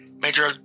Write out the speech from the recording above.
Major